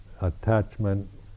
attachment